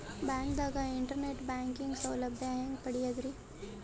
ಬ್ಯಾಂಕ್ದಾಗ internet banking ಸೌಲಭ್ಯ ಹೆಂಗ್ ಪಡಿಯದ್ರಿ?